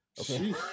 Okay